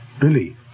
Billy